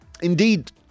indeed